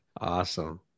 Awesome